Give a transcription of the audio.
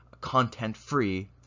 content-free